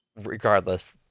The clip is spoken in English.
Regardless